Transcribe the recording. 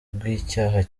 bw’icyaha